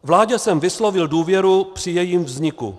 Vládě jsem vyslovil důvěru při jejím vzniku.